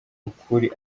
ukuri